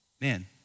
Man